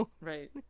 Right